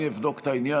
אני אבדוק את העניין.